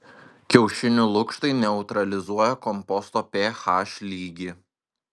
kiaušinių lukštai neutralizuoja komposto ph lygį